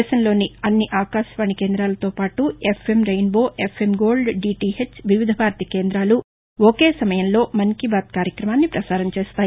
దేశంలోని అన్ని ఆకాశవాణి కేంద్రాలతోపాటు FM Rainbow FM Gold DTH Vividh Bharati కేంద్రాలు ఒకే సమయంలో మన్ కీ బాత్ కార్యక్రమాన్ని ప్రసారం చేస్తాయి